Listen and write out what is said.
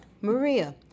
Maria